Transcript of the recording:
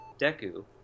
Deku